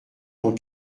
dans